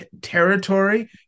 territory